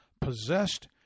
possessed